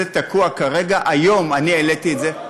זה תקוע כרגע, היום אני העליתי את זה.